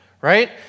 right